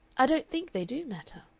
i don't think they do matter.